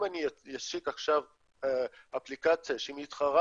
אם אני אשיק עכשיו אפליקציה שמתחרה